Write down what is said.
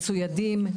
מצוידים,